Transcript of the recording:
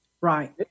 Right